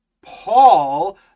paul